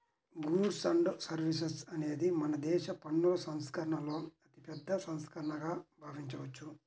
goods and services అనేది మనదేశ పన్నుల సంస్కరణలలో అతిపెద్ద సంస్కరణగా భావించవచ్చు